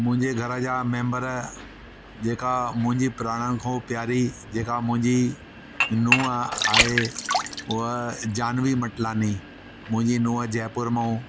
मुंहिंजे घर जा मेम्बर जेका मुंहिंजी प्राणन खां प्यारी जेका मुंहिंजी नूंह आहे हूअ जानवी मटलानी मुंहिंजी नूंह जयपुर मां